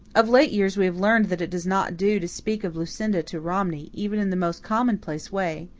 of late years we have learned that it does not do to speak of lucinda to romney, even in the most commonplace way.